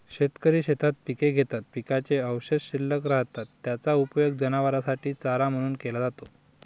शेतकरी शेतात पिके घेतात, पिकाचे अवशेष शिल्लक राहतात, त्याचा उपयोग जनावरांसाठी चारा म्हणून केला जातो